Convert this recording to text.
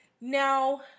Now